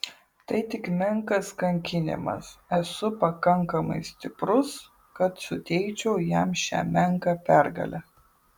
tai tik menkas kankinimas esu pakankamai stiprus kad suteikčiau jam šią menką pergalę